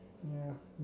ya